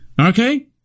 Okay